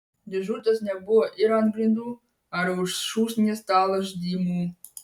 dėžutės nebuvo ir ant grindų ar už šūsnies stalo žaidimų